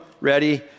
ready